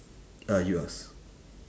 uh you ask